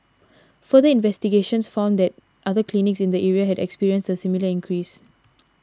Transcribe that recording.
further investigations found that other clinics in the area had experienced a similar increase